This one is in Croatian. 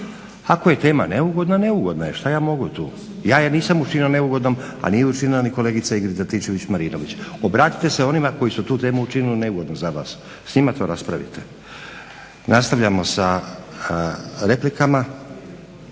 Ako je tema neugodna, neugodna je šta ja mogu tu, ja je nisam učinio neugodnom, a nije učinila ni kolegica Ingrid Antičević-Marinović. Obratite se onima koji su tu temu učinili neugodnom za vas, s njima to raspravite. Nastavljamo sa replikama.